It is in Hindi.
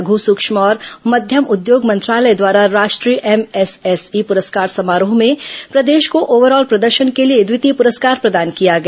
लघू सूक्ष्म और मध्यम उद्योग मंत्रालय द्वारा राष्ट्रीय एमएसएसई प्रस्कार समारोह में प्रदेश को ओव्हरऑल प्रदर्शन के लिए द्वितीय पुरस्कार प्रदान किया गया